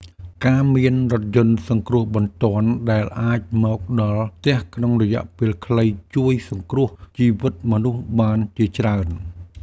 ការមានរថយន្តសង្គ្រោះបន្ទាន់ដែលអាចមកដល់ផ្ទះក្នុងរយៈពេលខ្លីជួយសង្គ្រោះជីវិតមនុស្សបានជាច្រើន។